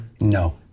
No